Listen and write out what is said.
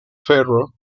ferro